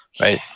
Right